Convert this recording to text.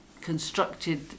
constructed